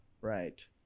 right